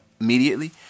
immediately